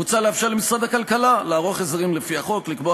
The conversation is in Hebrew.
מוצע לאפשר למשרד הכלכלה לערוך הסדרים לפי החוק ולקבוע